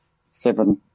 seven